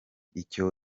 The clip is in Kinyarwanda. icyo